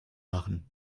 machen